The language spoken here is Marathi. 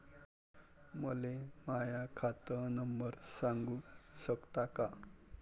मले माह्या खात नंबर सांगु सकता का?